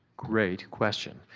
great question.